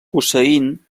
hussein